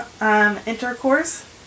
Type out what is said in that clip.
intercourse